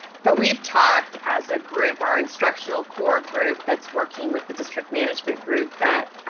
but we've talked as a group, are instructional core group that's working with the district management group that